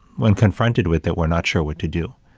when confronted with it, we're not sure what to do.